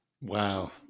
Wow